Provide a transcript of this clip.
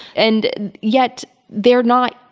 and yet, they're not.